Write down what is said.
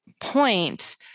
point